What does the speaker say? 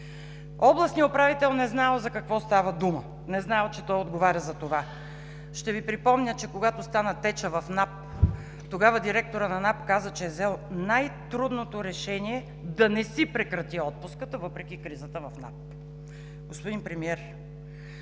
Областният управител не знаел за какво става дума, не знаел, че той отговаря за това. Ще Ви припомня, че когато стана течът в НАП, тогава директорът на НАП каза, че е взел „най-трудното решение – да не си прекрати отпуската“, въпреки кризата в НАП. Господин Премиер,